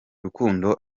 rukundo